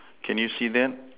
can you see that